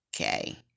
Okay